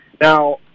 now